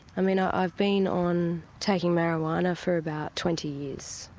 i mean i've been on taking marijuana for about twenty years,